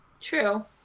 True